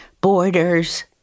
borders